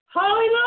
Hallelujah